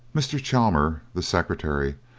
mr. chamier, the secretary,